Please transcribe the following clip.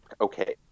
okay